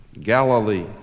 Galilee